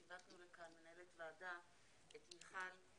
ציוותנו לכאן מנהלת ועדה את מיכל,